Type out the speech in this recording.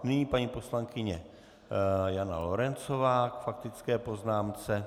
Nyní paní poslankyně Jana Lorencová k faktické poznámce.